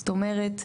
זאת אומרת,